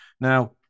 Now